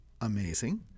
amazing